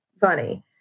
Funny